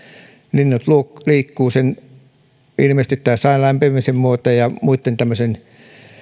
eli linnut liikkuvat ilmeisesti sään lämpiämisen myötä ja muitten tämmöisten